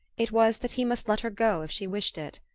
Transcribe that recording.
it was that he must let her go if she wished it.